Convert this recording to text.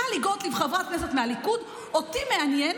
טלי גוטליב, חברי הכנסת מהליכוד, אותי מעניין,